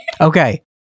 Okay